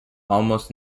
almost